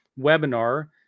webinar